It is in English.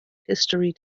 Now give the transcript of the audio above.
history